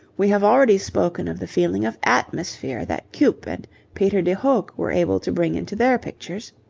we have already spoken of the feeling of atmosphere that cuyp and peter de hoogh were able to bring into their pictures.